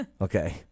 Okay